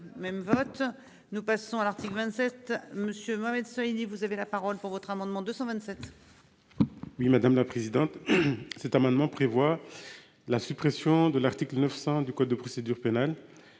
même vote, nous passons à l'article 27 Monsieur Mohamed Saïdi. Vous avez la parole pour votre amendement 227. Oui madame la présidente. Cet amendement prévoit. La suppression de l'article 900 du code de procédure pénale.